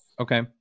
Okay